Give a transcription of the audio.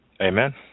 Amen